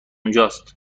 اینجاست